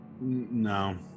no